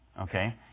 okay